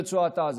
אומר לה: